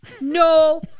No